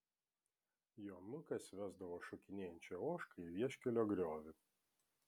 jonukas vesdavo šokinėjančią ožką į vieškelio griovį